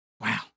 wow